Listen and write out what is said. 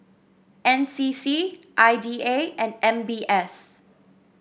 N C C I D A and M B S